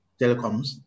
telecoms